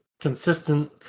consistent